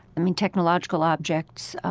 i mean, technological objects